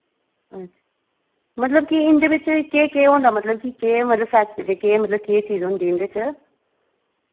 अच्छा मतलब कि इं'दे बिच्च केह् केह् होंदा मतलब कि केह् मतलब केह् मतलब केह् चीज होंदी इं'दे च